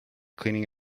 cleaning